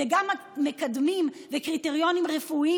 וגם מקדמים וקריטריונים רפואיים